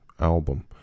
album